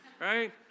right